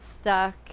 stuck